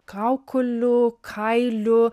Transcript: kaukolių kailių